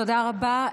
תודה רבה.